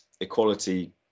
equality